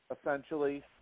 essentially –